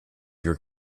your